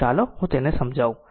તો ચાલો હું તેને સમજાવું